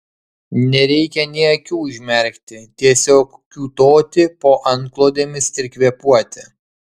nereikia nė akių užmerkti tiesiog kiūtoti po antklodėmis ir kvėpuoti